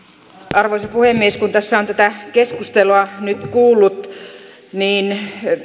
arvoisa puhemies kun tässä on tätä keskustelua nyt kuullut niin